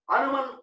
Anuman